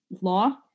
law